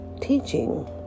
teaching